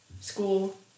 school